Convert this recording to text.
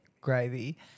gravy